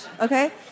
okay